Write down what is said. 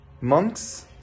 Monks